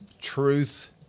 Truth